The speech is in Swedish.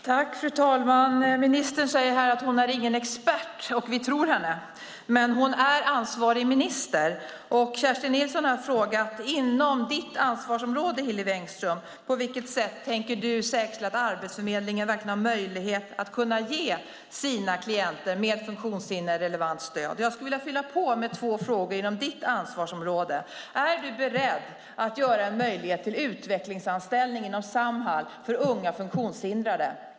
Fru talman! Ministern säger att hon inte är någon expert, och vi tror henne. Men hon är ansvarig minister. Kerstin Nilsson har frågat, inom ditt ansvarsområde, Hillevi Engström: På vilket sätt tänker du säkra att Arbetsförmedlingen verkligen har möjlighet att ge sina klienter med funktionshinder relevant stöd? Jag skulle vilja fylla på med två frågor inom ditt ansvarsområde. Är du beredd att ge en möjlighet till utvecklingsanställning inom Samhall för unga funktionshindrade?